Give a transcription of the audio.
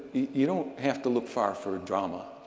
you don't have to look far for a drama,